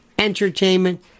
entertainment